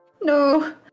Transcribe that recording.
No